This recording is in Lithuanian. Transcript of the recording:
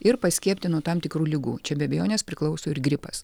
ir paskiepyti nuo tam tikrų ligų čia be abejonės priklauso ir gripas